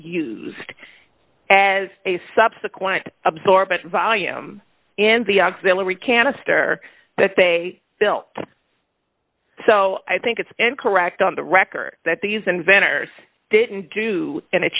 used as a subsequent absorbent volume in the auxiliary canister that they built so i think it's incorrect on the record that these inventors didn't do and